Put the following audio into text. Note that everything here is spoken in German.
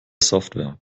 software